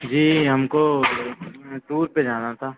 जी हमको टूर पे जाना था